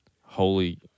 holy